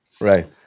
right